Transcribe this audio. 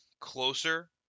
closer